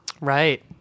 Right